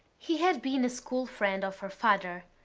he had been a school friend of her father.